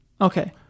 Okay